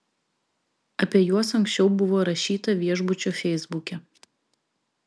apie juos anksčiau buvo rašyta viešbučio feisbuke